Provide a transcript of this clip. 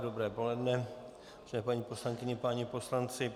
Dobré poledne, paní poslankyně, páni poslanci.